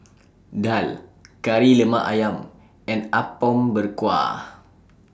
Daal Kari Lemak Ayam and Apom Berkuah